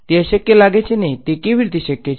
તે અશક્ય લાગે છે તે કેવી રીતે શક્ય છે